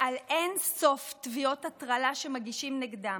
על אין-סוף תביעות הטרלה שמגישים נגדם.